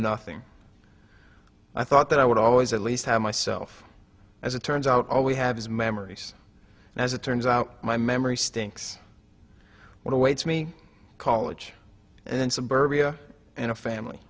nothing i thought that i would always at least have myself as it turns out all we have is memories and as it turns out my memory stinks what awaits me college and suburbia and a family